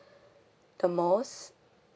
the most